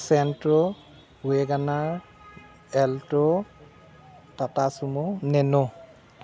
Santro Wagon R alto Tata sumo nano